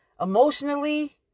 emotionally